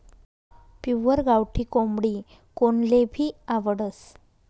pure गावठी कोंबडी कोनलेभी आवडस